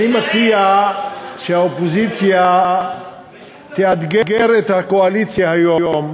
אני מציע שהאופוזיציה תאתגר את הקואליציה היום,